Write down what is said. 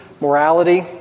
morality